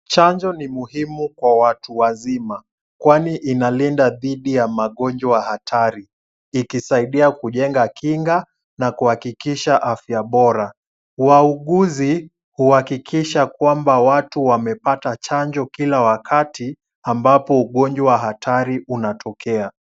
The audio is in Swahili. Chanjo ni muhimu kwa watu wazima, kwani inalinda dhidi ya magonjwa hatari ikisaidia kujenga kinga na kuhakikisha afya bora, wauguzi huhakikisha kwamba watu wamepata chanjo kila wakati ambapo ugonjwa hatari unatokea.